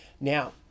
Now